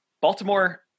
Baltimore